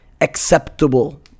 acceptable